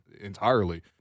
entirely